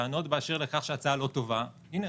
טענות באשר לכך שההצעה לא טובה הינה,